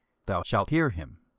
thou shalt hear him.